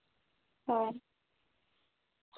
ᱦᱳᱭ